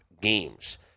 games